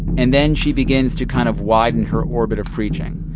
and then she begins to kind of widen her orbit of preaching.